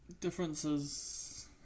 Differences